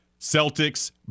Celtics